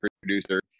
producer